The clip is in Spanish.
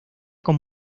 con